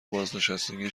بازنشستگی